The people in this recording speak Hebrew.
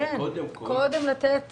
קודם כל --- קודם לתת